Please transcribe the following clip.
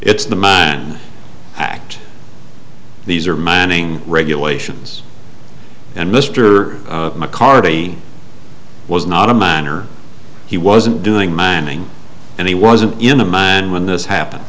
it's the mann act these are mining regulations and mr mccarthy was not a man or he wasn't doing mining and he wasn't in a mine when this happened